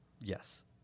Yes